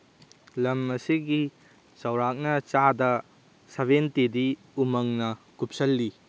ꯂꯝ ꯑꯁꯤꯒꯤ ꯆꯧꯔꯥꯛꯅ ꯆꯥꯗ ꯁꯚꯦꯟꯇꯤꯗꯤ ꯎꯃꯪꯅ ꯀꯨꯞꯁꯜꯂꯤ